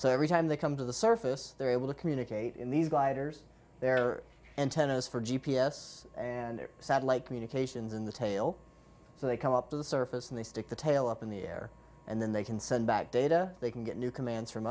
so every time they come to the surface they're able to communicate in these gliders there are antennas for g p s and satellite communications in the tail so they come up to the surface and they stick the tail up in the air and then they can send back data they can get new commands from